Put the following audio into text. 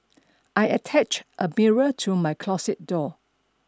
I attached a mirror to my closet door